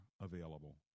available